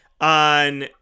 on